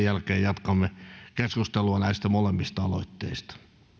jälkeen jatkamme keskustelua näistä molemmista aloitteista